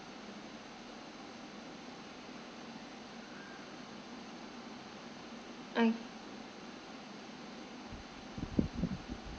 o~